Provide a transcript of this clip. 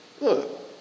Look